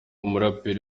umuraperi